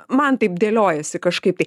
man taip dėliojasi kažkaip tai